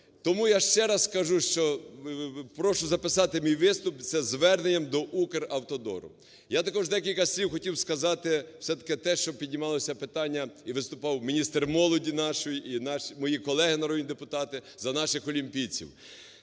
Тому, я ще раз кажу, прошу записати мій виступ зверненням до "Укравтодору". Я також декілька слів хотів сказати, все-таки те, що піднімалося питання, і виступав міністр молоді наш, і мої колеги народні депутати, за наших олімпійців.